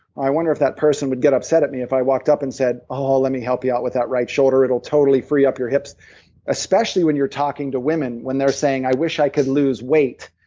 i wonder if that person would get upset at me if i walked up and said, let me help you out with that right shoulder, it'll totally free up your hips especially when you're talking to women, when they're saying, i wish i could lose weight.